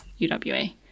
UWA